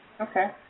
Okay